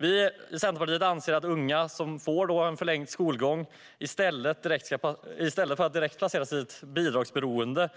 Vi i Centerpartiet anser att unga som får en förlängd skolgång ska erbjudas studiestöd med förhöjt belopp i stället för att direkt placeras i bidragsberoende.